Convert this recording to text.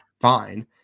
fine